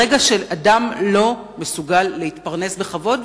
ברגע שאדם לא מסוגל להתפרנס בכבוד.